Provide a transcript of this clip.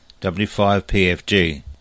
W5PFG